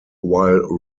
while